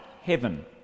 heaven